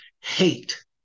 hate